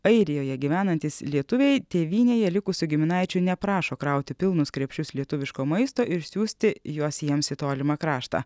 airijoje gyvenantys lietuviai tėvynėje likusių giminaičių neprašo krauti pilnus krepšius lietuviško maisto ir siųsti juos jiems į tolimą kraštą